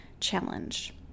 challenge